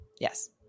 yes